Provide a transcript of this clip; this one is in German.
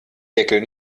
deckel